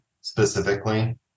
specifically